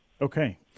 Okay